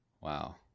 Wow